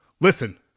Listen